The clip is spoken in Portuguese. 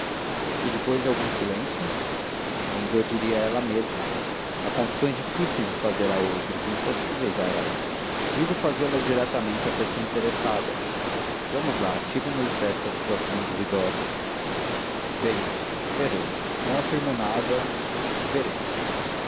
e depois de algum silêncio nem lho diria ela mesma há confissões difíceis de fazer a outros e impossíveis a ela digo fazê-las diretamente à pessoa interessada vamos lá tire nos desta situação duvidosa bem verei não afirmo nada verei